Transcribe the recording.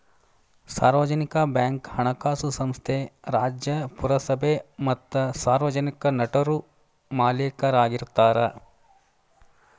ಸಾರ್ವಜನಿಕ ಬ್ಯಾಂಕ್ ಹಣಕಾಸು ಸಂಸ್ಥೆ ರಾಜ್ಯ, ಪುರಸಭೆ ಮತ್ತ ಸಾರ್ವಜನಿಕ ನಟರು ಮಾಲೇಕರಾಗಿರ್ತಾರ